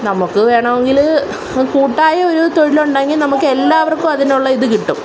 നമുക്ക് വേണമെങ്കില് കൂട്ടായ ഒരു തൊഴിലുണ്ടെങ്കില് നമുക്കെല്ലാവർക്കും അതിനുള്ള ഇത് കിട്ടും